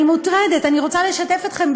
אני מוטרדת, ואני רוצה לשתף אתכם.